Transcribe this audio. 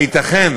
הייתכן,